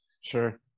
Sure